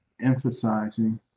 emphasizing